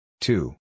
two